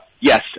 yes